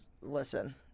listen